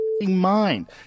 mind